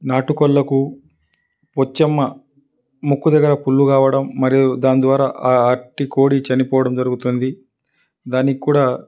నాటు కోళ్ళకు పొచ్చమ్మ ముక్కు దగ్గర పుళ్ళు కావడం మరియు దాని ద్వారా అట్టి కోడి చనిపోవడం జరుగుతుంది దానికి కూడా